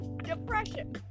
Depression